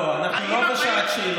לא, אנחנו לא בשעת שאלות.